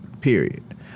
Period